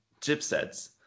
chipsets